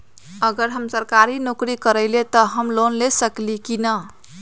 अगर हम सरकारी नौकरी करईले त हम लोन ले सकेली की न?